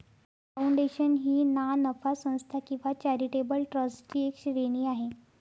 foundation ही ना नफा संस्था किंवा चॅरिटेबल ट्रस्टची एक श्रेणी आहे